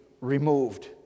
removed